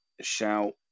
shout